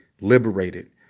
liberated